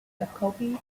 jacobi